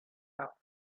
power